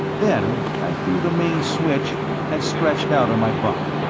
then i threw the main switch and stretched out on my bunk.